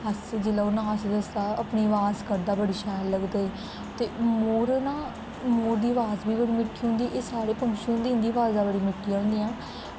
अस जेल्लै ओह् नाच दसदा अपनी अवाज़ करदा बड़ी शैल लगदी ते मोर ना मोर दी अवाज़ बी बड़ी मिट्ठी होंदी एह् सारे पंक्षी होंदे इंदियां अवाज़ां बड़ियां मिट्ठियां होंदियां